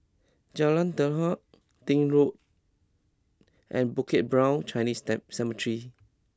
Jalan Daud Deal Road and Bukit Brown Chinese steam Cemetery